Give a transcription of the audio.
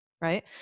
right